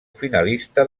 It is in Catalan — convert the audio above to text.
finalista